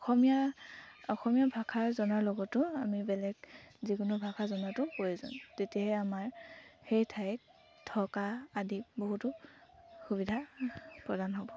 অসমীয়া অসমীয়া ভাষা জনাৰ লগতো আমি বেলেগ যিকোনো ভাষা জনাতো প্ৰয়োজন তেতিয়াহে আমাৰ সেই ঠাইত থকা আদি বহুতো সুবিধা প্ৰদান হ'ব